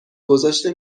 گذاشته